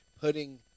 putting